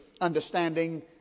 understanding